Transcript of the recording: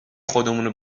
خودمونه